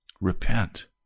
repent